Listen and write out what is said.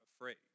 afraid